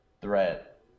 threat